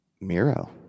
miro